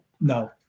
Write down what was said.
No